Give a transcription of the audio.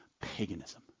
paganism